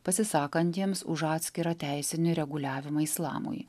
pasisakantiems už atskirą teisinį reguliavimą islamui